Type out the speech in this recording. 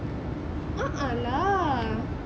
a'ah lah